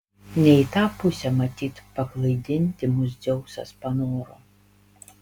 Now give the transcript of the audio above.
ne į tą pusę matyt paklaidinti mus dzeusas panoro